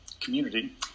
community